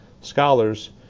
scholars